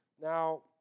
Now